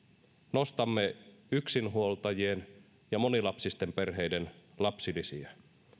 nostamme yksinhuoltajien ja monilapsisten perheiden lapsilisiä